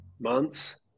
months